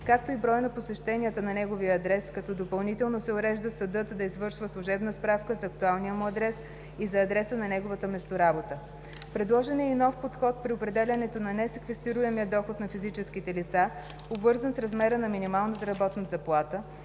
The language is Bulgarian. както и броя на посещенията на неговия адрес, като допълнително се урежда съдът да извършва служебна справка за актуалния му адрес и за адреса на неговата месторабота. Предложен е и нов подход при определянето на несеквестируемия доход на физическите лица, обвързан с размера на минималната работна заплата,